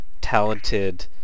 talented